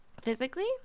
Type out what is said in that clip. Physically